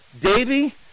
Davy